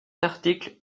article